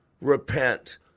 Repent